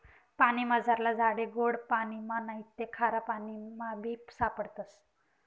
पानीमझारला झाडे गोड पाणिमा नैते खारापाणीमाबी सापडतस